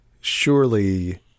surely